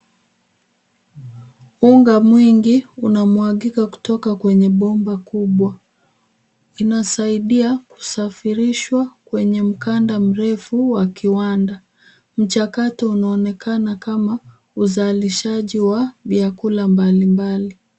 Unga mwingi unamwagika kutoka kwenye bomba kubwa, inasaidia kusafirishwa kwenye mkanda mrefu wa kiwanda. Mchakato unaonekana kama uzalishaji wa vyakula mbali mbali.